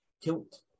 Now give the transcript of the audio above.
Kilt